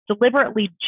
Deliberately